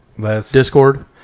Discord